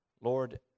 Lord